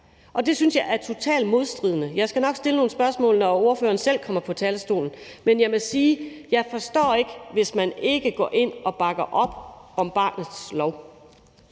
Det synes jeg er totalt modstridende. Jeg skal nok stille nogle spørgsmål, når ordføreren selv kommer på talerstolen, men jeg må sige, at jeg ikke forstår, hvis man ikke går ind og bakker op om barnets lov.